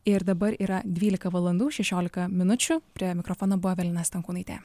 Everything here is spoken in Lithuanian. ir dabar yra dvylika valandų šešiolika minučių prie mikrofono buvo evelina stankūnaitė